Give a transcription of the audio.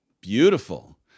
Beautiful